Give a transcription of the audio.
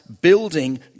building